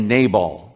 Nabal